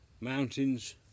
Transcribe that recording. mountains